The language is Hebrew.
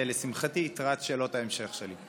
שלשמחתי גם ייתרה את שאלות ההמשך שלי.